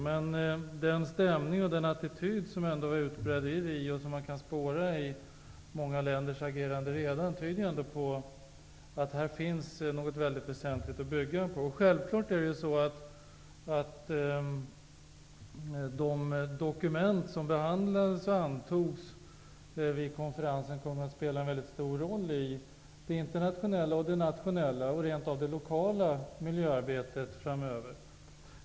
Den stämning och den attityd som ändå bredde ut sig i Rio, och som man kan spåra i många länders agerande redan nu, tyder på att här finns någonting väsentligt att bygga på. Självfallet kommer de dokument som behandlades och antogs vid konferensen att spela en väldigt stor roll i det internationella, det nationella och rent av det lokala miljöarbetet framöver.